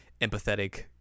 empathetic